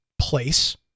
place